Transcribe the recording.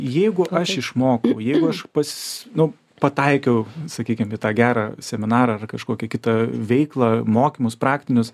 jeigu aš išmokau jeigu aš pasis nu pataikiau sakykim į tą gerą seminarą ar kažkokį kitą veiklą mokymus praktinius